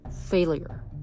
Failure